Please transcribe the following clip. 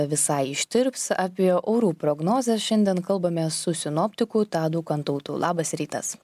visai ištirps apie orų prognozes šiandien kalbamės su sinoptiku tadu kantautu labas rytas